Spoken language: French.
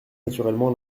naturellement